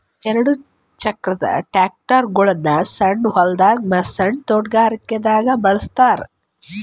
ಎರಡ ಚಾಕದ್ ಟ್ರ್ಯಾಕ್ಟರ್ಗೊಳ್ ಸಣ್ಣ್ ಹೊಲ್ದಾಗ ಮತ್ತ್ ಸಣ್ಣ್ ತೊಟಗಾರಿಕೆ ದಾಗ್ ಬಳಸ್ತಾರ್